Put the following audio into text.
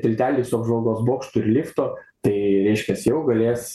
tiltelį su apžvalgos bokštu ir liftu tai reiškias jau galės